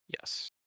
Yes